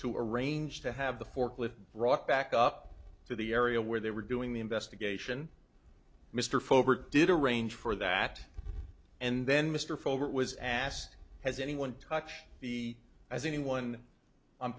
to arrange to have the forklift brought back up to the area where they were doing the investigation mr fogler did arrange for that and then mr fuller was asked has anyone talked be as anyone i'm